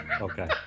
okay